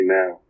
now